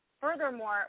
furthermore